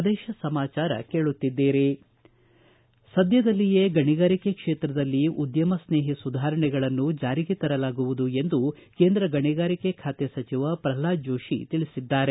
ಪ್ರದೇಶ ಸಮಾಚಾರ ಕೇಳುತ್ತಿದ್ದೀರಿ ಸದ್ದದಲ್ಲಿಯೇ ಗಣಿಗಾರಿಕೆ ಕ್ಷೇತ್ರದಲ್ಲಿ ಉದ್ದಮಸ್ನೇಹಿ ಸುಧಾರಣೆಗಳನ್ನು ಜಾರಿಗೆ ತರಲಾಗುವುದು ಎಂದು ಕೇಂದ್ರ ಗಣಿಗಾರಿಕೆ ಖಾತೆ ಸಚಿವ ಪ್ರಲ್ನಾದ ಜೋತಿ ತಿಳಿಸಿದ್ದಾರೆ